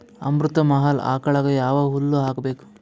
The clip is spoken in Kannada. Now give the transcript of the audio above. ಅಮೃತ ಮಹಲ್ ಆಕಳಗ ಯಾವ ಹುಲ್ಲು ಹಾಕಬೇಕು?